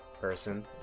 person